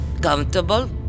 Comfortable